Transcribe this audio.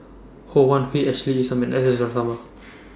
Ho Wan Hui Ashley Isham and S S Sarma